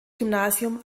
gymnasium